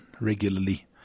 regularly